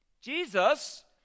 Jesus